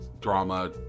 drama